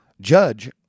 Judge